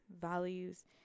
values